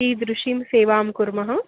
कीदृशीं सेवां कुर्मः